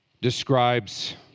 describes